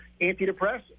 antidepressants